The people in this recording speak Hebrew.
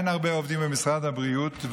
אין הרבה עובדים במשרד הבריאות,